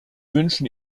wünschen